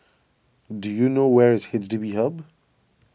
do you know where is H D B Hub